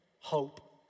hope